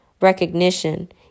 recognition